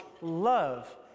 love